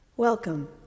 Welcome